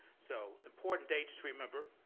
so important dates to remember.